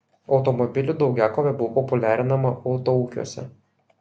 automobilių daugiakovė buvo populiarinama autoūkiuose